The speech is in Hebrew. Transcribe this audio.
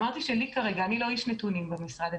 אמרתי שלי אין, אני לא מתעסקת בנתונים במשרד.